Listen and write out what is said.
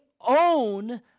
own